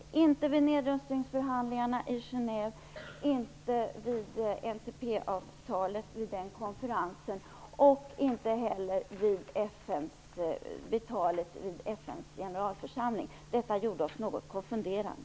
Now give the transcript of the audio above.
Det har inte skett vid nedrustningsförhandlingarna i Genève, inte vid förhandlingarna om NPT-avtalet under den konferensen och inte heller i talet i FN:s generalförsamling. Detta gjorde oss något konfunderade.